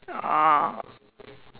oh